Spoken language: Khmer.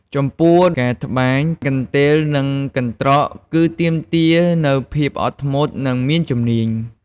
ចំពោះ ការត្បាញកន្ទេល និងកន្ត្រកគឺទាមទារនូវភាពអត់ធ្មត់ និងមានជំនាញ។